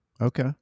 okay